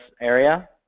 area